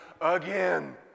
again